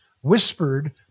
whispered